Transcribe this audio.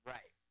Right